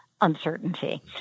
uncertainty